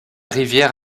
rivière